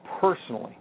personally